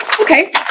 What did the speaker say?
okay